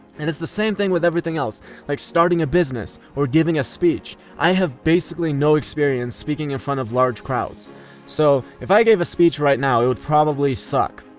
and it's the same thing with everything else like starting a business, or giving a public speech. i have basically no experience speaking in front of large crowds so if i gave a speech right now it would probably suck.